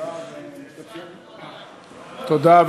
תודה.